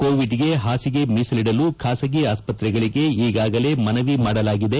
ಕೋವಿಡ್ಗೆ ಹಾಸಿಗೆ ಮೀಸಲಿಡಲು ಖಾಸಗಿ ಆಸ್ಪತ್ರೆಗಳಿಗೆ ಈಗಾಗಲೇ ಮನವಿ ಮಾಡಲಾಗಿದೆ